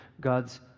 God's